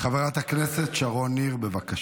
חברת הכנסת שרון ניר, בבקשה.